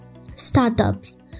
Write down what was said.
Startups